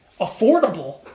affordable